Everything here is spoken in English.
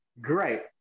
Great